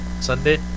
Sunday